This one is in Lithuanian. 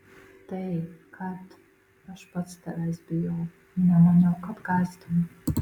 tai kad aš pats tavęs bijau nemaniau kad gąsdinu